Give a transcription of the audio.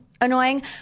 Annoying